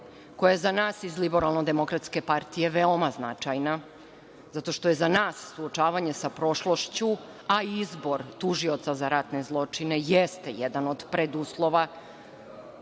koja je za nas iz Liberalnodemokratske partije veoma značajna, zato što je za nas suočavanje sa prošlošću, a izbor tužioca za ratne zločine, jeste jedan od preduslova